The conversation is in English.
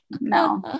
No